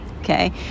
okay